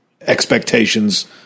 expectations